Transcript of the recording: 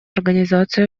организацию